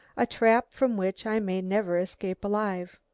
a trap from which i may never escape alive.